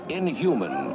inhuman